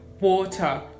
water